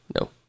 No